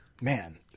man